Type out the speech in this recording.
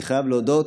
אני חייב להודות,